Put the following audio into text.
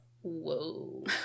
whoa